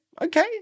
okay